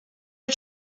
are